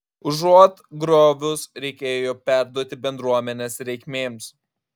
užuot griovus reikėjo perduoti bendruomenės reikmėms